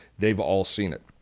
they've all seen it.